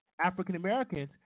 African-Americans